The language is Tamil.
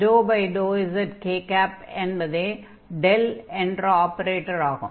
∂xi∂yj∂zk என்பதே என்ற ஆபரேட்டர் ஆகும்